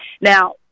Now